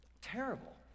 Terrible